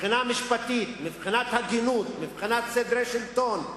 מבחינה משפטית, מבחינת הגינות, מבחינת סדרי שלטון,